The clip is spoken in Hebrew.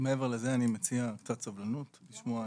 מעבר לזה אני מציע קצת סבלנות לשמוע.